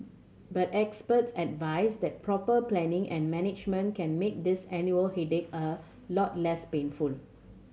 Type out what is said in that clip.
but experts advise that proper planning and management can make this annual headache a lot less painful